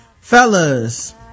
Fellas